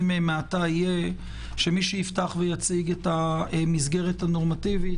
מעתה יהיה שמי שיפתח ויציג את המסגרת הנורמטיבית